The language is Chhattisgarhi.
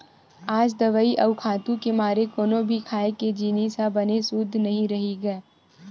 आज दवई अउ खातू के मारे कोनो भी खाए के जिनिस ह बने सुद्ध नइ रहि गे